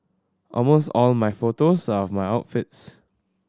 almost all my photos are of my outfits